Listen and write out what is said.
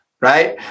right